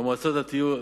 במועצות הדתיות,